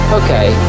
okay